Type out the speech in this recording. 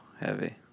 heavy